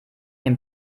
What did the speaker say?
dem